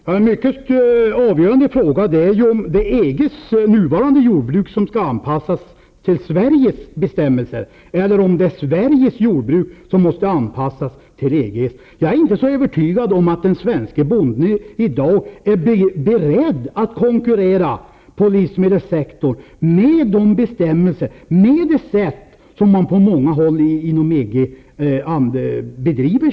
Fru talman! En mycket avgörande fråga är om det är EG:s nuvarande jord bruk som skall anpassas till Sveriges bestämmelser eller om det är Sveriges jordbruk som måste anpassas till EG:s. Jag är inte så övertygad om att den svenske bonden är beredd att konkurrera inom livsmedelssektorn med de bestämmelser och på det sätt som i dag gäller på många håll inom EG.